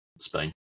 Spain